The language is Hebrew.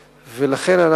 ולכן,